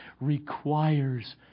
requires